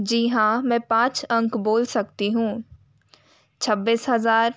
जी हाँ मैं पाँच अंक बोल सकती हूँ छब्बीस हज़ार